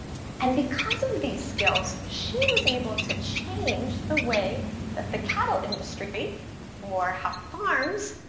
and because of these skills, she was able to change the way that the cattle industry or how farms